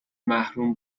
محروم